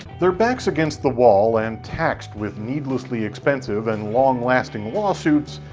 their backs against the wall and taxed with needlessly expensive and long lasting lawsuits,